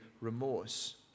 remorse